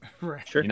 right